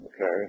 okay